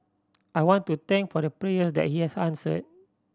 I want to thank for the prayers that he has answered